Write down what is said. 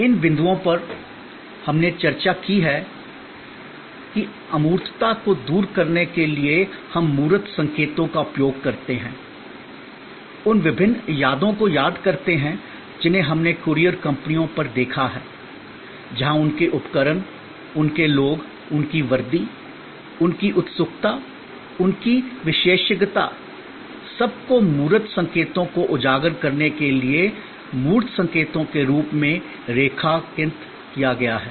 इन बिंदुओं पर हमने चर्चा की है कि अमूर्तता को दूर करने के लिए हम मूर्त संकेतों का उपयोग करते हैं उन विभिन्न यादों को याद करते हैं जिन्हें हमने कूरियर कंपनियों पर देखा है जहाँ उनके उपकरण उनके लोग उनकी वर्दी उनकी उत्सुकता उनकी विशेषज्ञता सभी को मूर्त संकेतों को उजागर करने के लिए मूर्त संकेतों के रूप में रेखांकित किया गया है